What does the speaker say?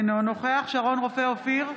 אינו נוכח שרון רופא אופיר,